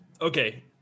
okay